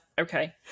okay